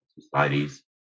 societies